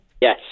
Yes